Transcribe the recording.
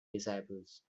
disciples